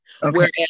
Whereas